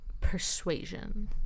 persuasion